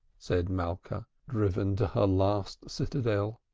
said malka, driven to her last citadel.